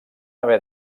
haver